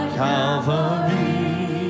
calvary